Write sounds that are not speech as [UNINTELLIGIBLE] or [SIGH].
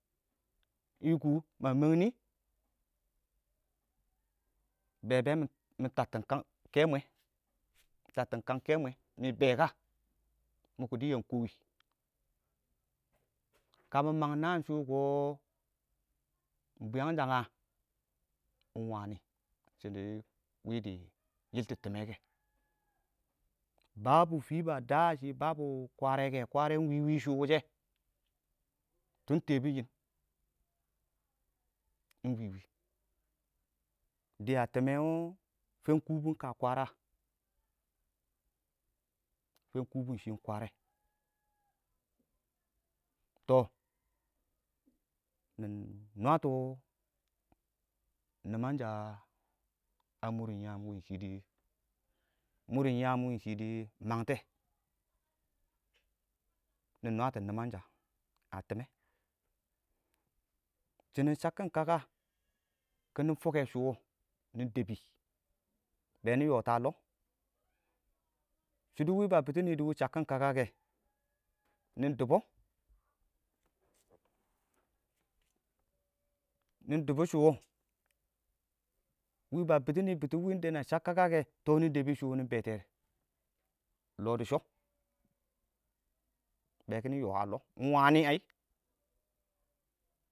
kɪ kʊ ma mang nɪ? bɛɛ bɛ mɪ tabtin kang kɛ mwɛ mɪ bɛɛ kə mʊ kiɪdɪ yan kɔ wɪɪn kə mang naan shuko ingbwiyangshan nga ingwani ingshidɔ wɪdɪ yiltɔ tɪmmɛ kɛ [UNINTELLIGIBLE] fɪ ba daa shɪ [UNINTELLIGIBLE] kware kɛ kwarɛ ingwi wɪɪn shʊ wishe [UNINTELLIGIBLE] tebʊn yɪn iɪng wɪwɪ niyɛ tɪmmɛ wɔ fangkʊwibʊ iɪng kə kwarɛ a? fang kʊwibʊ shɪ iɪng kwarɛ tɔ nɪn nwətɔ nɪ mangsha a mʊrʊn yaam win shidi mʊrʊn yaam win shidi mangtɛ nɪ nwətɔ nimangsha a tɪmmɛ iɪng shinin shakkin kakq kiɪnɪ furkke shʊwɔ kiɪnɪ dəbbi bɛɛ nɪ yɔtin a lɔ shɪidɛ wɪɪn ba bitɔ nidu wɪ shakkin kakakɛ nɪ dib ko nɪ dibs shʊ wɔ wɪɪn ba bits nɪ bitɔ win [UNINTELLIGIBLE] shab kakakɔ tɔ nɪ d5be shʊ bɛɛ kiɪnɪ yɔ a lɔ iɪng wani ngai